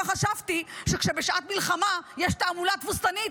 חשבתי שכשבשעת מלחמה יש תעמולה תבוסתנית,